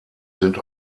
sind